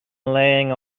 laying